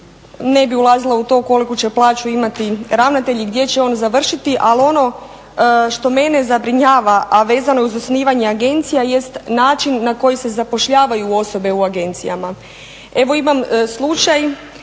ne bi ulazila u to koliku će plaću imati ravnatelj i gdje će on završiti ali ono što mene zabrinjava a vezano je uz osnivanje agencija jest način na koji se zapošljavaju osobe u agencijama. Evo imam slučaj